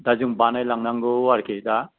दा जों बानायलांनांगौ आरोखि दा